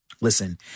listen